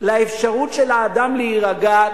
לאפשרות של האדם להירגע,